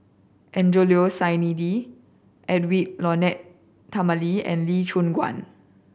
Angelo Sanelli Edwy Lyonet Talma and Lee Choon Guan